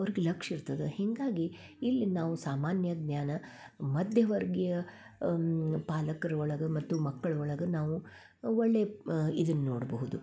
ಅವರಿಗೆ ಲಕ್ಷ್ಯ ಇರ್ತದ ಹೀಗಾಗಿ ಇಲ್ಲಿ ನಾವು ಸಾಮಾನ್ಯ ಜ್ಞಾನ ಮಧ್ಯವರ್ಗೀಯ ಪಾಲಕ್ರೊಳಗ ಮತ್ತು ಮಕ್ಳ ಒಳಗೆ ನಾವು ಒಳ್ಳೆಯ ಇದನ್ನ ನೋಡಬಹುದು